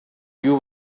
you